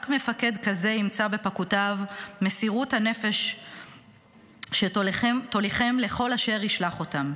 רק מפקד כזה ימצא בפקודיו מסירות הנפש שתוליכם לכל אשר ישלח אותם.